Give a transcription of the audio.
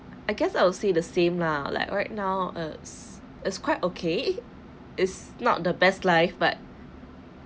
I guess I would see the same lah like right now as is quite okay is not the best life but